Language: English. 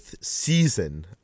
season